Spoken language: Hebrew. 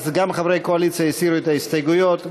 אז גם חברי הקואליציה הסירו את ההסתייגויות,